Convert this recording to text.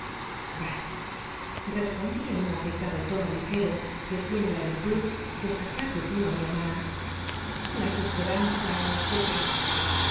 respondí en un afectado tono ligero que tiene la virtud de sacar de tino á m i h e r